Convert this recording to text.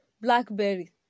Blackberry